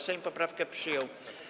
Sejm poprawkę przyjął.